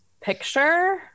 Picture